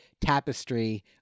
tapestry